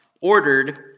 ordered